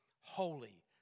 holy